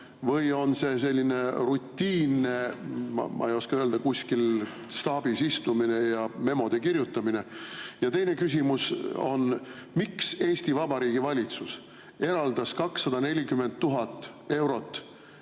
või on see selline rutiin, ma ei oska öelda, kuskil staabis istumine ja memode kirjutamine? Ja teine küsimus on: miks Eesti Vabariigi valitsus eraldas 24 000 eurot